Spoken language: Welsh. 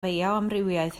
fioamrywiaeth